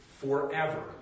forever